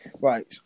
Right